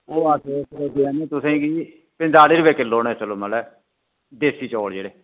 ते ओह् अस देआ ने तुसेंगी पंजताली रपे किलो नै चलो मतलब देसी चौल जेह्ड़े